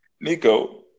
Nico